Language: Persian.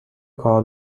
کار